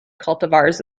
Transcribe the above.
cultivars